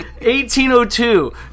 1802